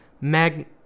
Mag